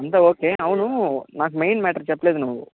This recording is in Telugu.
అంతా ఓకే అవును నాకు మెయిన్ మాటర్ చెప్పలేదు నువ్వు